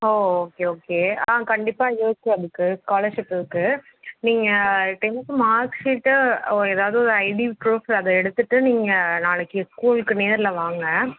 ஓ okay okay ஆ கண்டிப்பாக இருக்குது ஸ்காலர்ஷிப் இருக்குது நீங்கள் டென்த்து மார்க் ஷீட்டை ஏதாவது ஒரு ஐடி ப்ரூஃப்பு அதை எடுத்துட்டு நீங்கள் நாளைக்கு ஸ்கூலுக்கு நேரில் வாங்க